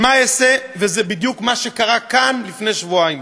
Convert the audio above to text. אבל מה אעשה וזה בדיוק מה שקרה כאן לפני שבועיים